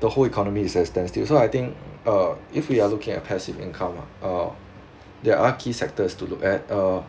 the whole economy is extensive so I think uh if we are looking at passive income lah uh they are key sectors to look at uh